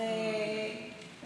תודה רבה לך.